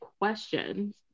questions